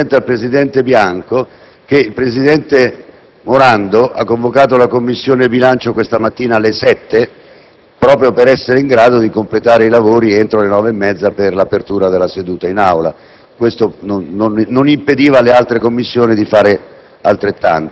Faccio però presente al presidente Bianco che il presidente Morando ha convocato la Commissione bilancio questa mattina alle ore 7 proprio per essere in grado di completare i lavori entro le ore 9,30 per l'apertura della seduta in Aula. Questo non impediva alle altre Commissioni di fare